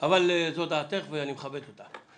אבל זו דעתך ואני מכבד אותה.